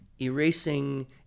erasing